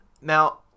now